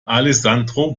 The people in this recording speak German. alessandro